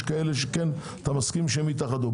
ויש מקומות שאתה מסכים שיתאחדו.